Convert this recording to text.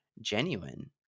genuine